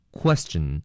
question